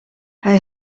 hij